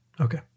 Okay